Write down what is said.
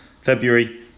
February